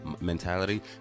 mentality